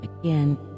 again